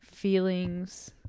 feelings